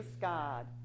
God